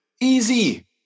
Easy